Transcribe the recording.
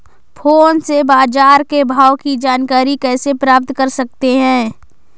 Phone से बाजार के भाव की जानकारी कैसे प्राप्त कर सकते हैं?